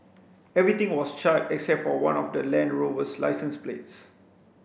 everything was charred except for one of the Land Rover's licence plates